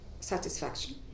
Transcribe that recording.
satisfaction